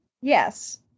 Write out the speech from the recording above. Yes